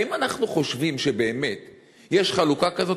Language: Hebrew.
האם אנחנו חושבים שבאמת יש חלוקה כזאת?